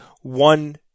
one